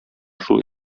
шул